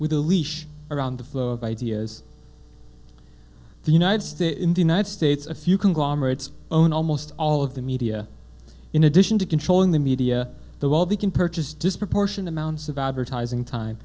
with a leash around the flow of ideas the united states in the united states a few conglomerates own almost all of the media in addition to controlling the media the wall they can purchase disproportionate amounts of advertising time